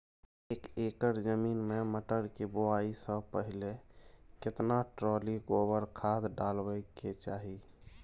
एक एकर जमीन में मटर के बुआई स पहिले केतना ट्रॉली गोबर खाद डालबै के चाही?